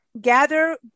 gather